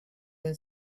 when